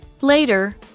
Later